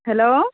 hello